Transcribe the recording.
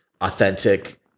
authentic